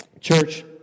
Church